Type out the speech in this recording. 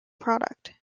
product